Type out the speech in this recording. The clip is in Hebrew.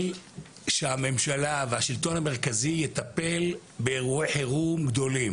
הממשלה והשלטון המרכזי יטפלו באירועי חירום גדולים